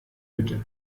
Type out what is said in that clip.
hütte